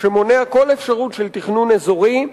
שמונע כל אפשרות של תכנון אזורי,